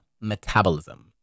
metabolism